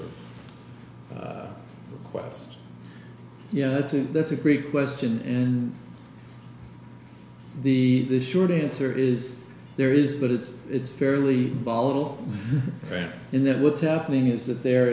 mister quest yeah that's it that's a great question and the the short answer is there is but it's it's fairly volatile in that what's happening is that there